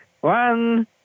one